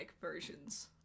versions